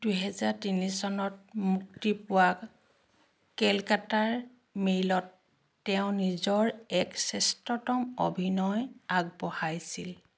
দুহেজাৰ তিনি চনত মুক্তি পোৱা কেলকাতাৰ মেইলত তেওঁ নিজৰ এক শ্ৰেষ্ঠতম অভিনয় আগবঢ়াইছিল